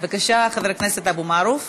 חבר הכנסת אבו מערוף.